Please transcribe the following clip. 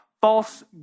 false